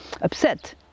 upset